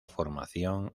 formación